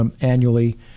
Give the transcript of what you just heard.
annually